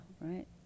right